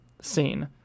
scene